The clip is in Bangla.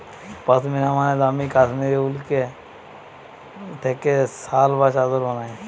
পশমিনা মানে দামি মসৃণ কাশ্মীরি উল থেকে শাল বা চাদর বানায়